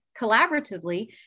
collaboratively